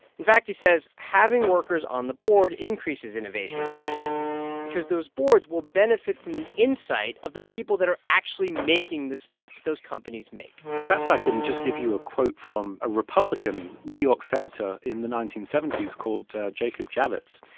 in fact, he says having workers on the board increases innovation and dynamism because those boards will benefit from the insight of the people that are actually making the stuff that those companies make perhaps i can just give you a quote from a republican new york senator in the nineteen seventy s called jacob javits.